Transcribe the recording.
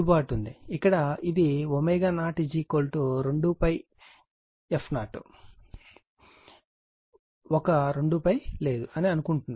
ఇక్కడ ఇది ω0 2πf0 ఒక 2π లేదు అని అనుకుంటున్నాను